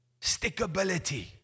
Stickability